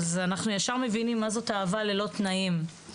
אנחנו ישר מבינים מה זאת אהבה ללא תנאים.